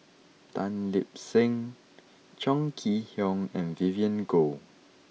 Tan Lip Seng Chong Kee Hiong and Vivien Goh